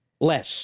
less